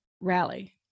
Rally